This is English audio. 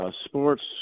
sports